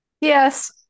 Yes